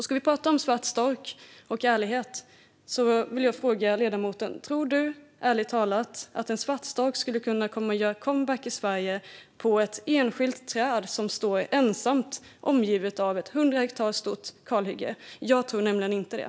Ska vi prata om svart stork och ärlighet vill jag fråga ledamoten: Tror du, ärligt talat, att en svart stork skulle kunna göra comeback i Sverige på ett enskilt träd som står ensamt och som är omgivet av ett 100 hektar stort kalhygge? Jag tror nämligen inte det.